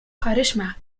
charisma